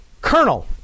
Colonel